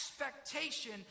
expectation